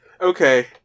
Okay